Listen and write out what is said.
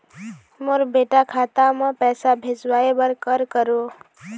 मोर बेटा खाता मा पैसा भेजवाए बर कर करों?